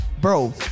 Bro